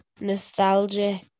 nostalgia